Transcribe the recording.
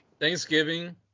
Thanksgiving